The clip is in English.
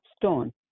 Stone